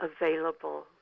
available